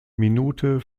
minute